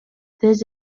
тез